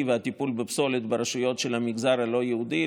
ואת הטיפול בפסולת ברשויות של המגזר הלא-יהודי.